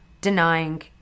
denying